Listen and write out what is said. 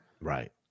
Right